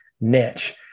niche